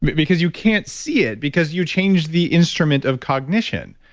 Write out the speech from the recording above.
because you can't see it. because you changed the instrument of cognition.